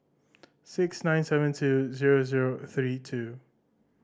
six nine seven two zero zero three two